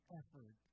effort